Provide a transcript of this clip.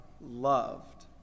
loved